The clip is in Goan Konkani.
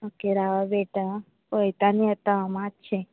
ओके राव वेट आं पळयता आनी येता हांव मातशें